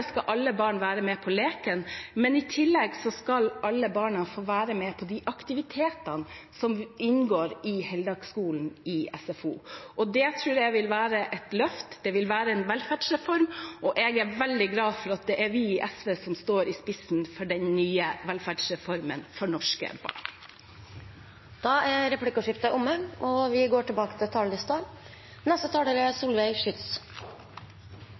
skal alle barn være med på leken, i tillegg skal alle barn få være med på de aktivitetene som inngår i heldagsskolen i SFO. Det tror jeg vil være et løft. Det vil være en velferdsreform, og jeg er veldig glad for at det er vi i SV som står i spissen for den nye velferdsreformen for norske barn. Replikkordskiftet er omme. Barn som mestrer, som mestrer å lese, å regne, å opptre foran en forsamling og å få fyr på et bål, er